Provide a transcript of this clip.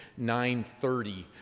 930